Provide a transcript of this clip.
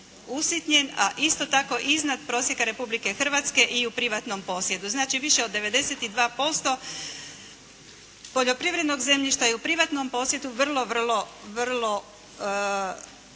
usitnjen a isto tako iznad prosjeka Republike Hrvatske i u privatnom posjedu. Znači više od 92% poljoprivrednog zemljišta je u privatnom posjedu vrlo, vrlo